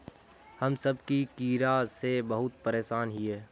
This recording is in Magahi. हम सब की कीड़ा से बहुत परेशान हिये?